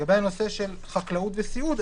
לגבי חקלאות וסיעוד,